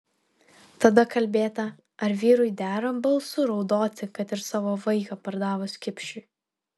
tada kalbėta ar vyrui dera balsu raudoti kad ir savo vaiką pardavus kipšui